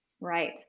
Right